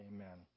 Amen